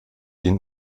ihnen